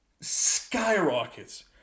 skyrockets